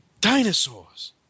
Dinosaurs